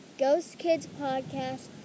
ghostkidspodcast